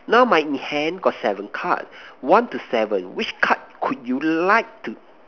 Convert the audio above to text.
now my hand got seven card one to seven which card could you like to